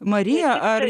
marija ar